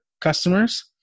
customers